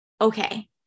okay